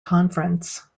conference